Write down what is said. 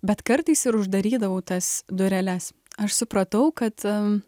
bet kartais ir uždarydavau tas dureles aš supratau kad